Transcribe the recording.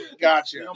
Gotcha